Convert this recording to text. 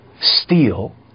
steal